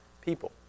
people